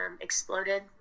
exploded